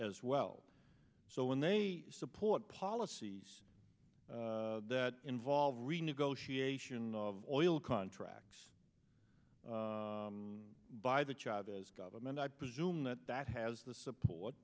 as well so when they support policies that involve renegotiation of oil contracts by the chavez government i presume that that has the support